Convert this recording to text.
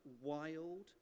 wild